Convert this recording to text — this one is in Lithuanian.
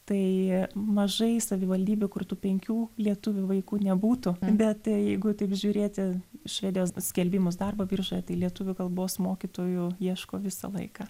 tai mažai savivaldybių kur tų penkių lietuvių vaikų nebūtų bet jeigu taip žiūrėti švedijos skelbimus darbo biržoje tai lietuvių kalbos mokytojų ieško visą laiką